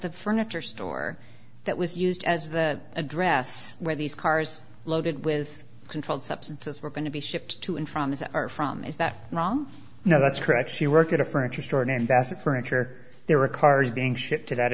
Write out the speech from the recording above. the furniture store that was used as the address where these cars loaded with controlled substances were going to be shipped to and from these are from is that wrong no that's correct she worked at a furniture store in bassett furniture there were cars being shipped to that